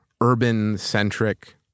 urban-centric